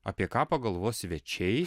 apie ką pagalvos svečiai